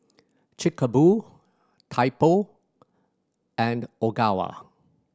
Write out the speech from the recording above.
Chic a Boo Typo and Ogawa